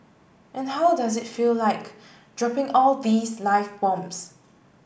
and how does it feel like dropping all these live bombs